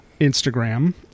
Instagram